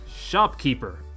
Shopkeeper